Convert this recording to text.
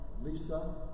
Lisa